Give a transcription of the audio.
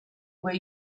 were